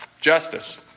justice